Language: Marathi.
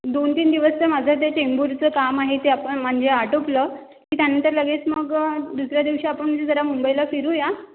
दोन तीन दिवस तर माझं ते चेंबूरचं काम आहे ते आपण म्हणजे आटोपलं की त्यानंतर लगेच मग दुसऱ्या दिवशी आपण जरा मुंबईला फिरूया